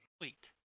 wait